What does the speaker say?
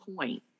point